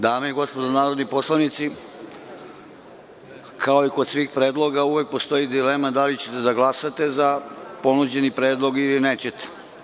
Dame i gospodo narodni poslanici, kao i kod svih predloga, uvek postoji dilema da li ćete da glasate za ponuđeni predlog ili nećete.